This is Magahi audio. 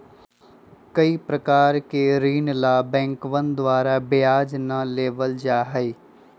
कई प्रकार के ऋण ला बैंकवन द्वारा ब्याज ना लेबल जाहई